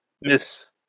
Miss